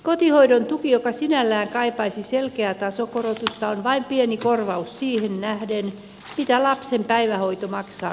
kotihoidon tuki joka sinällään kaipaisi selkeää tasokorotusta on vain pieni korvaus siihen nähden mitä lapsen päivähoito maksaa kunnan järjestämänä